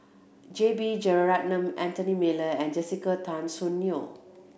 J B Jeyaretnam Anthony Miller and Jessica Tan Soon Neo